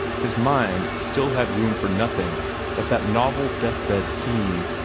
his mind still had room for nothing but that novel death-bed scene,